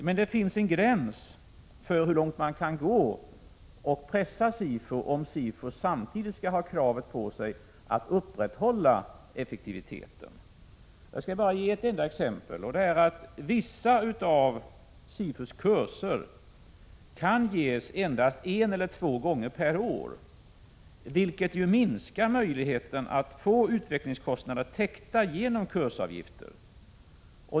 Det finns emellertid en gräns för hur långt man kan gå när det gäller att pressa SIFU, om SIFU samtidigt skall ha kravet på sig att upprätthålla effektiviteten. Jag skall bara ge ett enda exempel: Vissa av SIFU:s kurser kan ges endast en eller två gånger per år, vilket minskar möjligheten att få utvecklingskostnaderna täckta genom kursavgifter.